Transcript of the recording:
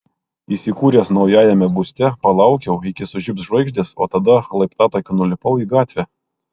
įsikūręs naujajame būste palaukiau iki sužibs žvaigždės o tada laiptatakiu nulipau į gatvę